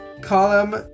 column